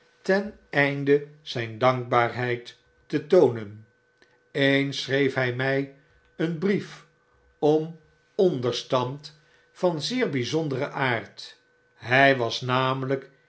ten einde zijn dankbaarheid te toonen eens schreef by my een brief om onderstand van zeer byzonderen aard hy was namelyk